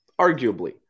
arguably